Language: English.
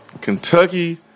Kentucky